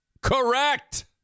correct